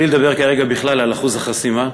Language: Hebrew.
בלי לדבר כרגע בכלל על אחוז החסימה.